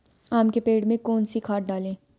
आम के पेड़ में कौन सी खाद डालें?